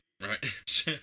Right